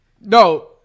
No